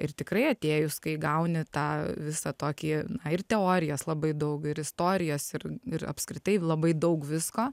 ir tikrai atėjus kai gauni tą visą tokį na ir teorijas labai daug ir istorijos ir ir apskritai labai daug visko